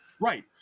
right